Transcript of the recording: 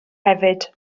hefyd